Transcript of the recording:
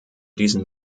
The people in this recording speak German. diesen